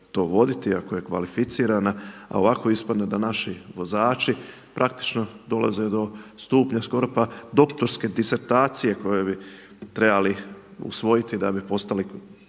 to voditi ako je kvalificirana a ovako ispadne da naši vozači praktično dolaze do stupnja skoro doktorske disertacije koju bi trebali usvojiti da bi postali,